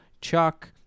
Chuck